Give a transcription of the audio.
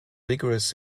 vigorous